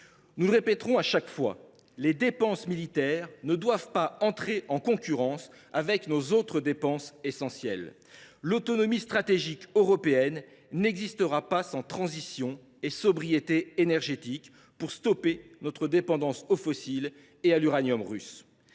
Nous le répéterons systématiquement : les dépenses militaires ne doivent pas entrer en concurrence avec nos autres dépenses essentielles. L’autonomie stratégique européenne n’existera pas sans transition ni sobriété énergétiques pour arrêter notre dépendance aux énergies fossiles et à l’uranium russe.